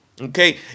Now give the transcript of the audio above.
okay